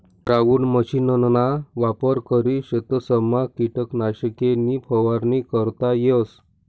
ground मशीनना वापर करी शेतसमा किटकनाशके नी फवारणी करता येस